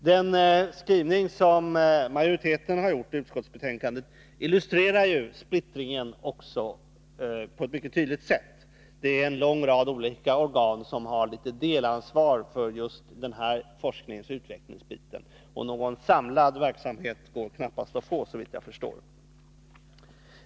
Den skrivning som majoriteten har gjort i utskottsbetänkandet illustrerar splittringen mycket tydligt. En lång rad olika organ har litet delansvar för just forskningsoch utvecklingsdelen, och någon samlad verksamhet går knappast att få, såvitt jag förstår.